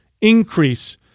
increase